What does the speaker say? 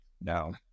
no